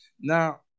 Now